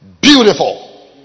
Beautiful